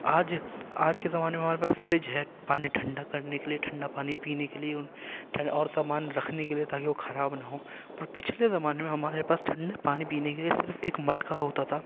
آج آج کے زمانے میں ہمارے پاس فرج ہے پانی ٹھنڈا کرنے کے لیے ٹھنڈا پانی پینے کے لیے اور سامان رکھنے کے لیے تاکہ وہ خراب نہ ہوں پر پچھلے زمانے میں ہمارے پاس ٹھنڈا پانی پینے کے لیے صرف ایک مٹکا ہوتا تھا